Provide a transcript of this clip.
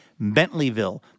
Bentleyville